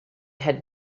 had